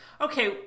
okay